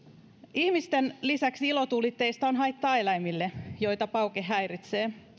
ihmisten lisäksi ilotulitteista on haittaa eläimille joita pauke häiritsee